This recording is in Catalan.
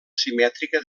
simètrica